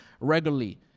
regularly